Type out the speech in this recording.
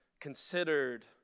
considered